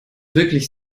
wirklich